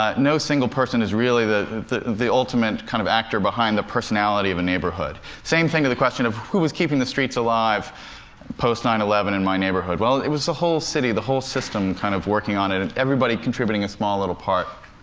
ah no single person is really the the ultimate kind of actor behind the personality of a neighborhood. same thing to the question of, who was keeping the streets alive post nine eleven in my neighborhood? well, it was the whole city. the whole system kind of working on it, and everybody contributing a small little part.